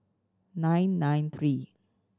nine nine three